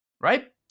Right